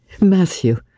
Matthew